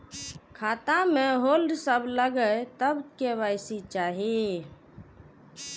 खाता में होल्ड सब लगे तब के.वाई.सी चाहि?